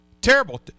Terrible